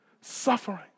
suffering